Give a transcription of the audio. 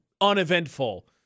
uneventful